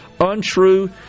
untrue